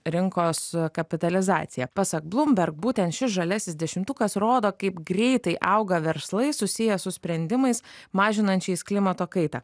rinkos kapitalizacija pasak blumberg būtent šis žaliasis dešimtukas rodo kaip greitai auga verslai susiję su sprendimais mažinančiais klimato kaitą